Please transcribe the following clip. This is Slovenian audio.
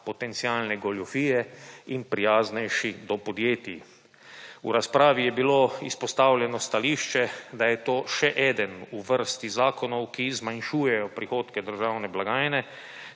potencialne goljufije in prijaznejši do podjetij. V razpravi je bilo izpostavljeno stališče, da je to še eden v vrsti zakonov, ki zmanjšujejo prihodke državne blagajne,